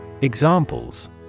Examples